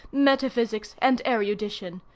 metaphysics, and erudition.